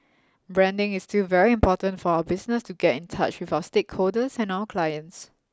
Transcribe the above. branding is still very important for our business to get in touch with our stakeholders and our clients